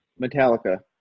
Metallica